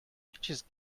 just